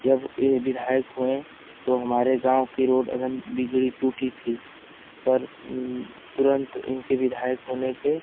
जब ये विधायक हुए तो हमारे गाँव की रोड एकदम बिगड़ी टूटी थी पर तुरंत इनके विधायक होने के